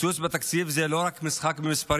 קיצוץ בתקציב זה לא רק משחק במספרים,